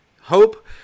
hope